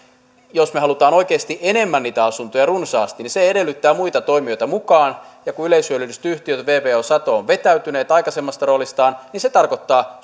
jos me haluamme oikeasti enemmän niitä asuntoja runsaasti niin se edellyttää muita toimijoita mukaan ja kun yleishyödylliset yhtiöt vvo ja sato ovat vetäytyneet aikaisemmasta roolistaan niin se tarkoittaa